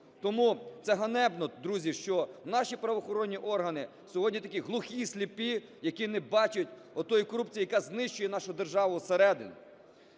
Тому це ганебно, друзі, що наші правоохоронні органи сьогодні такі глухі, сліпі, які не бачать тої корупції, яка знищує нашу державу зсередини.